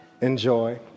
enjoy